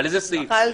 הממשלה